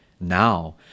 now